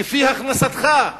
כפי הכנסתך,